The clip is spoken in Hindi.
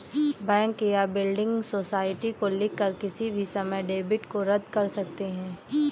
बैंक या बिल्डिंग सोसाइटी को लिखकर किसी भी समय डेबिट को रद्द कर सकते हैं